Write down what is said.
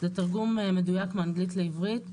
זה תרגום מדויק מאנגלית לעברית.